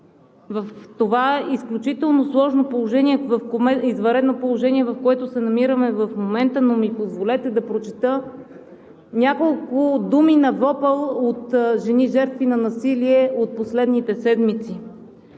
в това изключително сложно извънредно положение, в което се намираме в момента, но ми позволете да прочета няколко думи на вопъл от жени, жертви на насилие, от последните седмици: